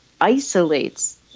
isolates